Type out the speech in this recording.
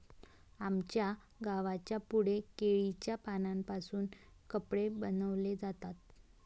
आमच्या गावाच्या पुढे केळीच्या पानांपासून कपडे बनवले जातात